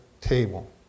table